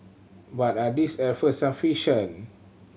but are these efforts sufficient